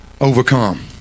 overcome